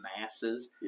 masses